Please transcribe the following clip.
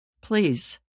Please